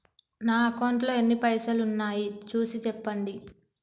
నా అకౌంట్లో ఎన్ని పైసలు ఉన్నాయి చూసి చెప్పండి?